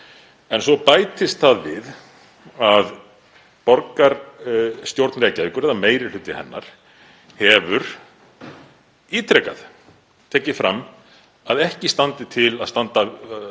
En svo bætist það við að borgarstjórn Reykjavíkur eða meiri hluti hennar hefur ítrekað tekið fram að ekki standi til að